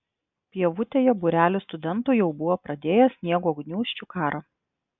pievutėje būrelis studentų jau buvo pradėjęs sniego gniūžčių karą